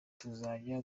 tuzajya